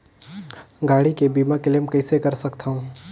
गाड़ी के बीमा क्लेम कइसे कर सकथव?